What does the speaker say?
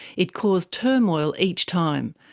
it caused turmoil each time,